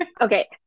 Okay